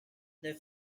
their